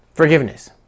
forgiveness